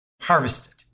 harvested